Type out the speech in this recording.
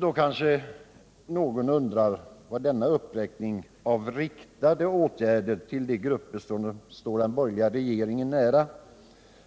Då kanske någon undrar vad denna uppräkning av riktade åtgärder till de grupper som står den borgerliga regeringen nära